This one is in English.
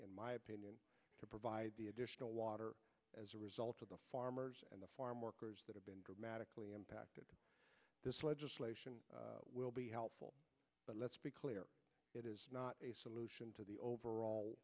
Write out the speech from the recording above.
in my opinion to provide additional water as a result of the farmers and the farm workers that have been dramatically impacted by this legislation will be helpful but let's be clear it is not a solution to the overall